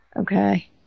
Okay